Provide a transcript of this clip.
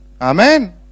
Amen